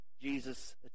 Jesus